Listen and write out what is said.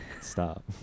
Stop